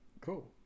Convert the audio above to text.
Cool